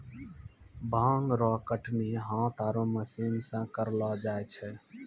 भांग रो कटनी हाथ आरु मशीन से करलो जाय छै